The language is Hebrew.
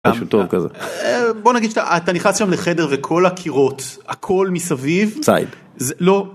משהו טוב כזה. בוא נגיד אתה נכנס לחדר וכל הקירות הכל מסביב צייד. לא.